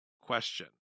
question